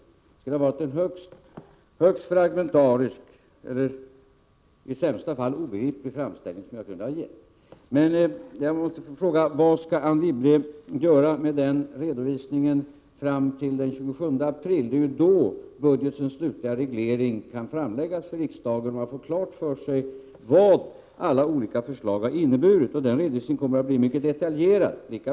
Jag skulle endast ha kunnat ge en högst fragmentarisk, eller i sämsta fall obegriplig, framställning. fram till den 27 april. Det är då budgetens slutliga reglering kan läggas fram för riksdagen. Det är då man får klart för sig vad alla olika förslag har inneburit. Den redovisningen kommer att bli mycket detaljerad.